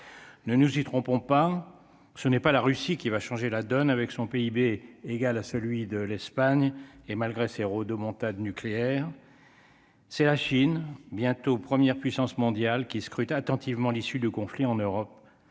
ne nous y trompons pas, ce n'est pas la Russie, qui va changer la donne avec son PIB égal à celui de l'Espagne, et malgré ses rodomontades nucléaires. C'est la Chine bientôt, première puissance mondiale qui est scrutée attentivement l'issue du conflit en Europe